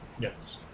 Yes